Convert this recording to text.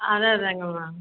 அதுதான் அதுதாங்க மேம்